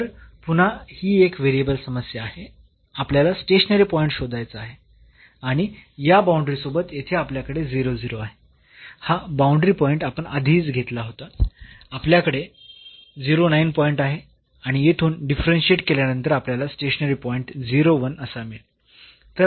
तर पुन्हा ही एक व्हेरिएबलची समस्या आहे आपल्याला स्टेशनरी पॉईंट शोधायचा आहे आणि या बाऊंडरी सोबत येथे आपल्याकडे आहे हा बाऊंडरी पॉईंट आपण आधीच घेतला होता आपल्याकडे पॉईंट आहे आणि येथून डिफरन्शियेट केल्यानंतर आपल्याला स्टेशनरी पॉईंट असा मिळेल